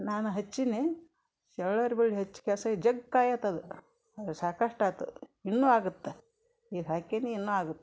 ನಾನು ಹಚ್ಚೀನಿ ಚಳ್ಳವ್ರೆ ಬಳ್ಳಿ ಹಚ್ಚಿ ಕೇಸೆ ಜಗ್ ಕಾಯಿ ಆಗ್ತದ್ ಅದು ಅದು ಸಾಕಷ್ಟು ಆಯ್ತು ಇನ್ನೂ ಆಗತ್ತೆ ಈಗ ಹಾಕೀನಿ ಇನ್ನೂ ಆಗುತ್ತೆ